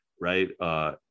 right